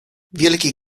wielki